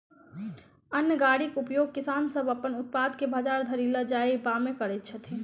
अन्न गाड़ीक उपयोग किसान सभ अपन उत्पाद के बजार धरि ल जायबामे करैत छथि